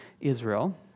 Israel